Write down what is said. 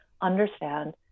understand